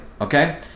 okay